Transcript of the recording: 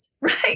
right